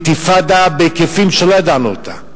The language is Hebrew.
לאינתיפאדה בהיקפים שלא ידענו אותם.